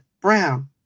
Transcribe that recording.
Brown